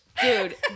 Dude